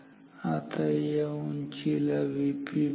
आता या उंचीला Vp म्हणा